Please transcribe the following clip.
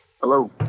Hello